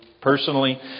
personally